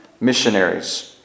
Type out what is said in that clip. missionaries